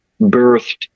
birthed